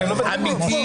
הרוחני